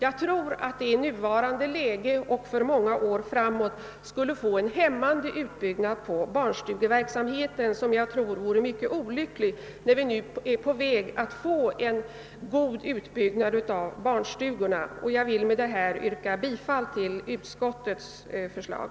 Det skulle i nuvarande läge och för många år framåt få en hämmande inverkan på barnstugeverksamheten, vilket jag tror vore mycket olyckligt när vi nu är på väg att få en god utbyggnad av barnstugorna. Jag vill med detta yrka bifall till utskottets förslag.